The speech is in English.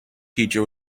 teacher